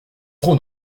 trop